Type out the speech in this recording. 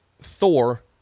Thor